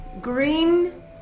green